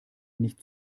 nicht